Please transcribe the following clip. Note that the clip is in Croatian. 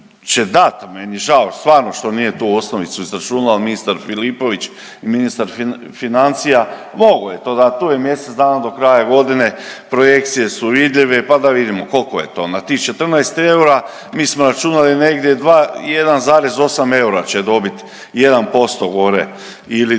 će dati, meni je žao stvarno što nije tu osnovicu izračunao ministar Filipović i ministar financija. Mogao je to dati, tu je mjesec dana do kraja godine, projekcije su vidljive pa da vidimo koliko je to na tih 14 eura, mi smo računali negdje 2, 1,8 eura će dobiti, 1% gore ili 2